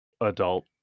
adult